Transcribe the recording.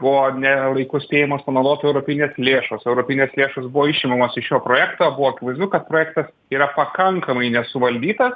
buvo ne laiku spėjamos panaudot europinės lėšos europinės lėšos buvo išimamos iš šio projekto buvo akivaizdu kad projektas yra pakankamai nesuvaldyta